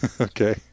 Okay